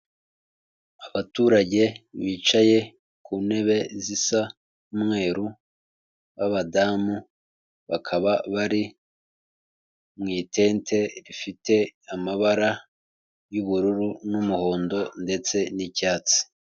Abaturage bicaye ku ntebe zisa n'umweru, b'abadamu. Bakaba bari mu itente rifite amabara y'ubururu n'umuhondo, ndetse n'icyatsi.